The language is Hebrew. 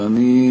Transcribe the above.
ואני,